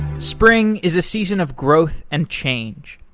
spring is a season of growth and change.